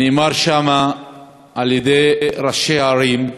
ונאמר שם על-ידי ראשי הערים,